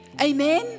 Amen